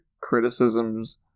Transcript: criticisms